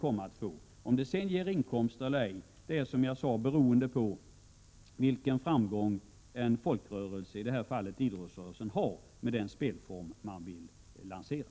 Om detta sedan ger inkomster eller inte är, som jag sade, beroende av vilken framgång en folkrörelse, i det här fallet idrottsrörelsen, har med den spelform som man vill lansera.